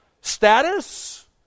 status